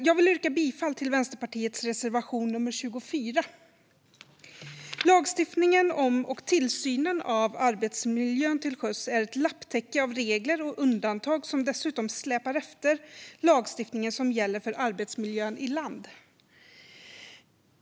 Jag vill yrka bifall till Vänsterpartiets reservation nummer 24. Lagstiftningen om och tillsynen av arbetsmiljön till sjöss är ett lapptäcke av regler och undantag, som dessutom släpar efter den lagstiftning som gäller för arbetsmiljön i land.